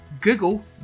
Google